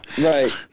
Right